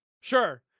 Sure